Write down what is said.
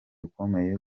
ukomeye